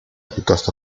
piuttosto